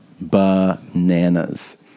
bananas